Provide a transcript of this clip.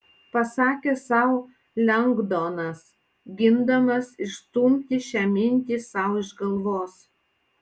pasakė sau lengdonas gindamas išstumti šią mintį sau iš galvos